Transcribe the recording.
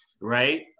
right